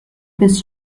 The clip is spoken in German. bis